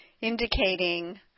indicating